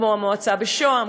כמו המועצה בשוהם,